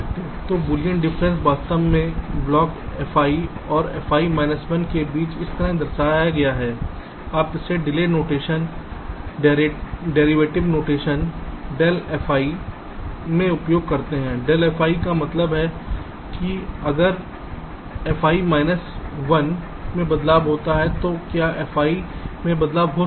तो बूलियन अंतर वास्तव में ब्लॉक fi और fi माइनस 1 के बीच इस तरह दर्शाया गया है आप इसे del notation derivative notation del fi में उपयोग करते हैं del fi का मतलब है कि अगर fi माइनस 1 में बदलाव होता है तो क्या fi में बदलाव हो सकता है